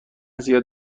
زیاد